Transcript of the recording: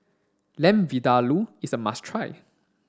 Lamb Vindaloo is a must try